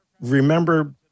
remember